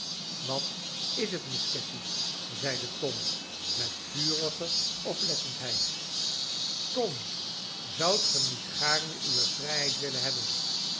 wat is het miss cassy zeide tom met vurige oplettendheid tom zoudt ge niet gaarne uwe vrijheid willen hebben